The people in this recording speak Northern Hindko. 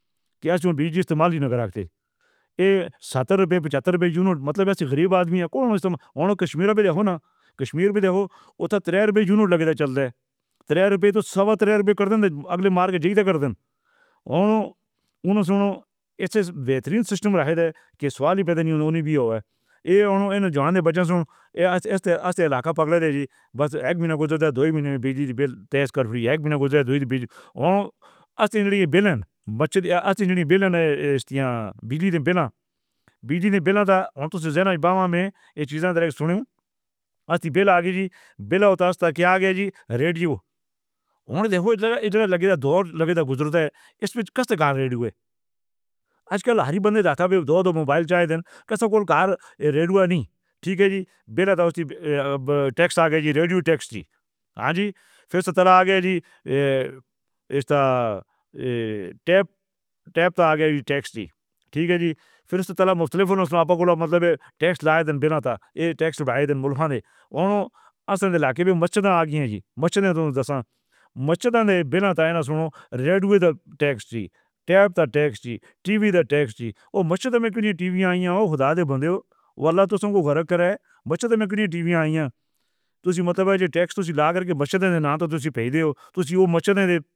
کیا اس استعمال دی نگہبانی؟ ایہ ستر روپے پچتر روپے یونٹ مطلب جئے غریب آدمی اے۔ کون سامان؟ کشمیر پے دیکھو نا۔ کشمیر پے دیکھو اترترے روپے یونٹ لگا چل رہا اے۔ ترے روپے تو سوا ترے کر دیں گے۔ اگلے مارکٹ جا کے دینا انہاں تو۔ نا۔ ایہ بہترین سسٹم رہندا اے کہ سوال ہی نئیں ہونے دیتا۔ ایہ ان جوائن بچیاں تو ایسے علاقہ پکڑا سی، بس اک مہینہ گزرتا۔ دو ہی مہینے بجلی دا بل تیار کر فری۔ اک مہینہ گزرے دو ہی دن بجلی تے اصلی بجلی دے بل۔ بچت بجلی بل، بجلی دے بل تاں دینا وچ۔ ایہ چیزیں وی آ گئیاں۔ بل تاں کیا گیا ریڈیو ہونے دیکھو ادھر ادھر لگے دو تے لگے سن۔ گجرات وچ اس کٹ دا ریڈیو اے۔ اجکل ہر ہی بندے دا خانپور موبائل چاہ دین۔ کسے دے گھر ریڈیو نئیں۔ ٹھیک اے جی، بل ٹیکس آ گیا، ریڈیو ٹیکس دا۔ ہاں جی فیر توں آ گیا جی ایشیا ٹیپ۔ ٹیپ آ گیا ٹیکس دا۔ ٹھیک اے جی۔ فیر توں مسلماناں نے اپنا مطلب ٹیکس لگا دینا۔ تب ایہ ٹیکس وڈے دیساں وچ ہو۔ آسان لا کے وی مشیناں آ گئیاں۔ جی مشیناں تاں مچھلیاں وی نا تو نا سنو۔ Radio tax the type the tax. TV دا ٹیکس جو مسجد وچ کنی ٹیوی آئی ہو، خدا بندے والا تو سنگھ خرید کر مچھی دی ٹیوی آئی اے۔ توں توں مطلب جی ٹیکس تساں لا کے مسجداں نا تو تہانوں پڑدے ہو۔ توں اس مسجد وچ۔